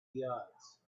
yards